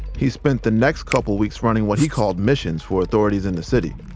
he spent the next couple weeks running what he called missions for authorities in the city.